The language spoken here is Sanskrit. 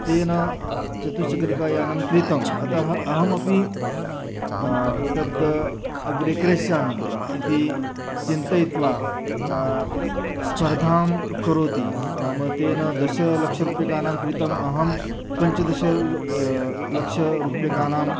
तेन चतुश्चक्रिका यानं क्रीतम् अतः अहम् अपि तद् अग्रे क्रेष्यामि इति चिन्तयित्वा स्पर्धां करोति नाम तेन दशलक्ष रूप्यकाणां क्रीतम् अहं पञ्चदश ल लक्षरूप्यकाणाम्